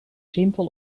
simpel